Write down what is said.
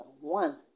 One